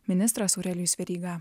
ministras aurelijus veryga